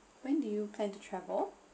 when do you plan to travel